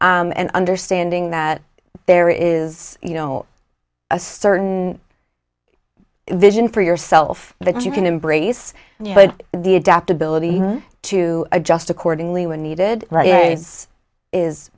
and understanding that there is you know a certain vision for yourself that you can embrace but the adaptability to adjust accordingly when needed